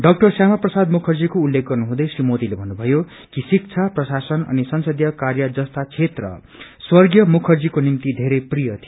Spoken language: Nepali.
डाक्टर श्यामा प्रसाद मुखर्जीको उत्लेख गर्नुहुँदै श्री मोदीले भन्नुमयो कि शिक्षा प्रशासन अनि संसदीय कार्य जस्ता क्षेत्र स्वग्रेय मुखर्जीको निम्ति वेरै प्रिय थियो